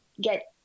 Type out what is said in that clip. get